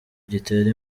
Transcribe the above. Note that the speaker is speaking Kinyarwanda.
gitera